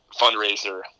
fundraiser